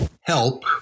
help